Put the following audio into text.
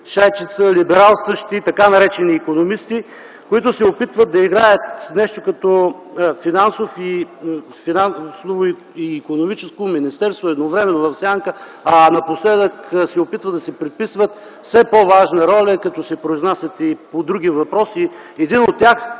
шайчица либералстващи така наречени икономисти, които се опитват да играят нещо като финансово и икономическо министерство едновременно в сянка, а напоследък се опитват да си приписват все по-важна роля, като се произнасят и по други въпроси. Един от тях